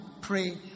pray